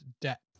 depth